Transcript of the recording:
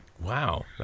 Wow